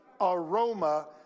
aroma